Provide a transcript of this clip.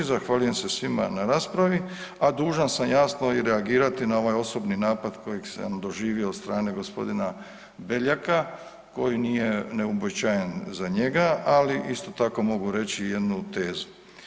Zahvaljujem se svima na raspravi, a dužan sam, jasno i reagirati i na ovaj osobni napad koji sam doživio od strane g. Beljaka koji nije neuobičajen za njega, ali isto tako, mogu reći jednu tezu.